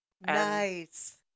Nice